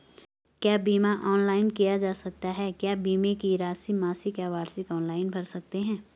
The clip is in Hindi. क्या बीमा ऑनलाइन किया जा सकता है क्या बीमे की राशि मासिक या वार्षिक ऑनलाइन भर सकते हैं?